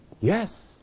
Yes